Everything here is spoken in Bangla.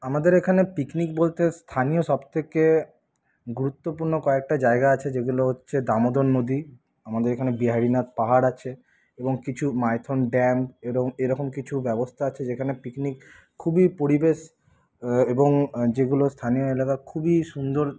আমাদের এখানে পিকনিক বলতে স্থানীয় সব থেকে গুরুত্বপূর্ণ কয়েকটা জায়গা আছে যেগুলো হচ্ছে দামোদর নদী আমাদের এখানে বিহারীনাথ পাহাড় আছে এবং কিছু মাইথন ড্যাম এরম এরকম কিছু ব্যবস্থা আছে যেখানে পিকনিক খুবই পরিবেশ এবং যেগুলো স্থানীয় এলাকায় খুবই সুন্দর